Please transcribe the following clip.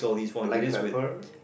black pepper